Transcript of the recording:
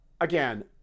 again